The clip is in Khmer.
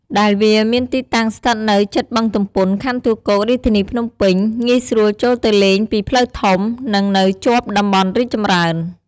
ដែលវាមានទីតាំងស្ថិតនៅជិតបឹងទំពុន ខណ្ឌទួលគោក រាជធានីភ្នំពេញ ងាយស្រួលចូលទៅលេងពីផ្លូវធំ និង នៅជាប់តំបន់រីកចម្រើន។